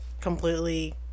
completely